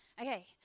Okay